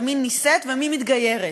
ומי נישאת ומי מתגיירת,